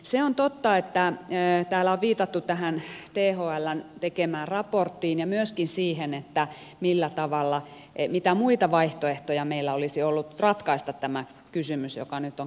se on totta että täällä on viitattu tähän thln tekemään raporttiin ja myöskin siihen mitä muita vaihtoehtoja meillä olisi ollut ratkaista tämä kysymys joka nyt on käsillä